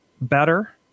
better